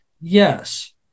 yes